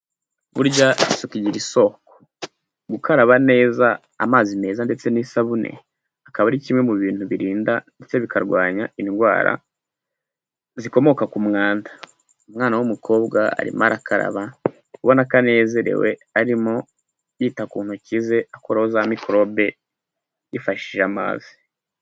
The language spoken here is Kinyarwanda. Burya isuki igira isoko. Gukaraba neza amazi meza ndetse n'isabune, akaba ari kimwe mu bintu birinda ndetse bikarwanya indwara zikomoka ku mwanda. Umwana w'umukobwa arimo arakaraba, ubona ko anezerewe, arimo yita ku ntoki ze akuraho za mikorobe, yifashishije amazi.